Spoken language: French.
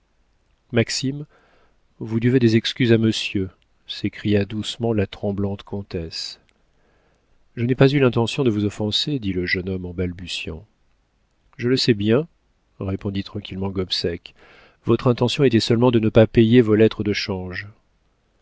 maxime vous devez des excuses à monsieur s'écria doucement la tremblante comtesse je n'ai pas eu l'intention de vous offenser dit le jeune homme en balbutiant je le sais bien répondit tranquillement gobseck votre intention était seulement de ne pas payer vos lettres de change